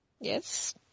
Yes